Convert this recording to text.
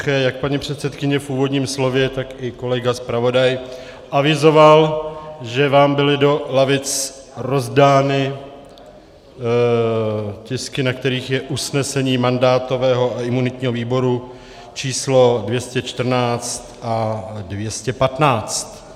Jak paní předsedkyně v úvodním slově, tak i kolega zpravodaj avizovali, že vám byly do lavic rozdány tisky, na kterých je usnesení mandátového a imunitního výboru číslo 214 a 215.